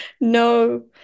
No